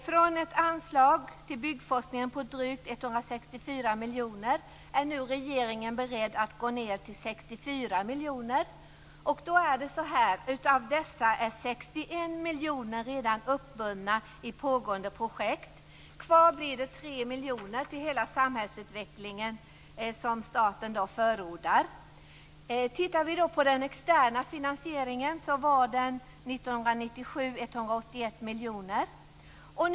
Från ett tidigare anslag till byggforskningen på drygt 164 miljoner kronor är regeringen nu beredd att gå ned till 64 miljoner kronor. Av dessa är 61 miljoner kronor redan uppbundna i pågående projekt. Kvar blir 3 miljoner kronor till hela den samhällsutveckling som staten förordar. Den externa finansieringen var 181 miljoner kronor år 1997.